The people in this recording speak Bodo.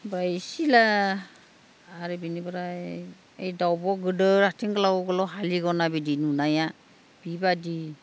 बा सिला आरो बेनिफ्राय ऐ दाउब' गिदिर आथिं गोलाव गोलाव हालिगना बिदि नुनाया बिबादि